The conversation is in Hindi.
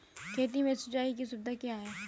खेती में सिंचाई की सुविधा क्या है?